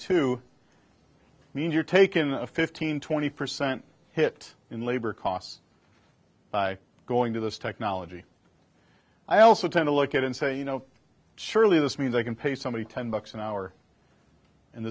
two means you're taken fifteen twenty percent hit in labor costs by going to this technology i also tend to look at and say you know surely this means i can pay somebody ten bucks an hour and